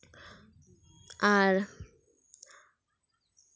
ᱟᱨ